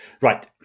Right